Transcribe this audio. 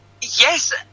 Yes